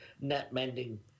net-mending